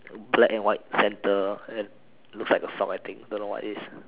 black and white center looks like the sock I think don't know what it is